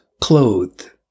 clothed